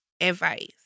Advice